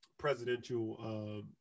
Presidential